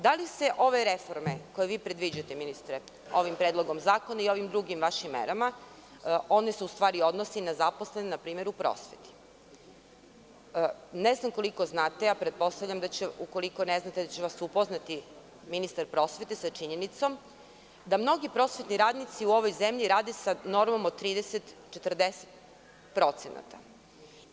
Da li se ove reforme koje vi predviđate ministre, ovim predlogom zakona i ovim drugim vašim merama, one se u stvari odnosi na zaposlen npr. u prosveti, ne znam koliko znate, a pretpostavljam da će, ukoliko ne znate, da će vas upoznati ministar prosvete sa činjenicom da mnogi prosvetni radnici u ovoj zemlji rade sa normom od 30, 40%